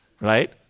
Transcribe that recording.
right